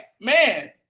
man